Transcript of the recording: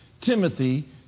Timothy